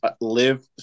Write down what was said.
live